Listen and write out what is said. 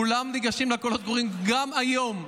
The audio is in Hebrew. כולם ניגשים לקולות הקוראים גם היום,